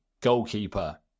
goalkeeper